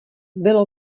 bylo